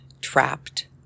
trapped